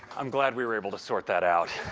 i'm glad we were able to sort that out.